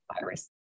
virus